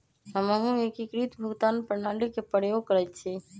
हमहु एकीकृत भुगतान प्रणाली के प्रयोग करइछि